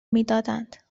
میدادند